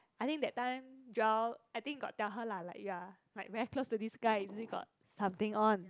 I think that time Joel I think got tell her lah like ya like very close to this guy is it got something on